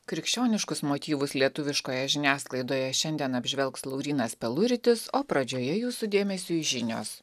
krikščioniškus motyvus lietuviškoje žiniasklaidoje šiandien apžvelgs laurynas peluritis o pradžioje jūsų dėmesiui žinios